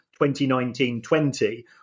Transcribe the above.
2019-20